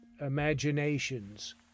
imaginations